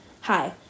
Hi